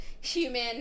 human